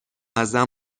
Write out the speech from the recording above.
ازم